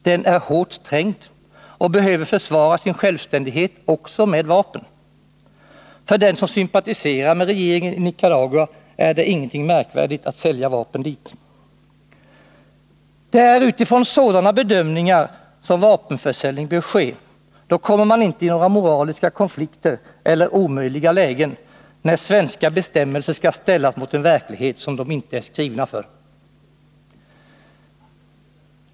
Den är hårt trängd och behöver försvara sin självständighet också med vapen. För den som sympatiserar med regeringen i Nicaragua är det ingenting märkvärdigt med att sälja vapen dit. Det är utifrån sådana bedömningar som vapenförsäljning bör ske. Då kommer man inte i några moraliska konflikter eller omöjliga lägen, där svenska bestämmelser skall ställas mot en verklighet som de inte är skrivna för.